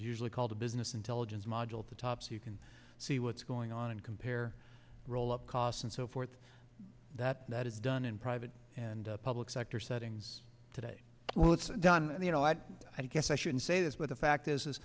usually called a business intelligence module at the top so you can see what's going on and compare roll up costs and so forth that that is done in private and public sector settings today well it's done in the you know i guess i shouldn't say this but the fact is is